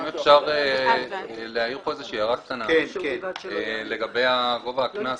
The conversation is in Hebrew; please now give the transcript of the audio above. אני מבקש להעיר הערה קטנה לגבי גובה הקנס.